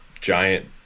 giant